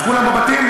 אז כולם בבתים?